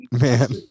man